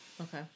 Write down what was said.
Okay